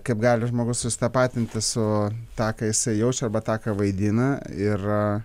kaip gali žmogus susitapatinti su tą ką jisai jaučia arba tą ką vaidina ir